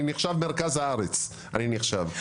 נחשב מרכז הארץ כי אני נמצא באזור.